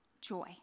joy